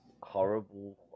horrible